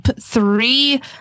three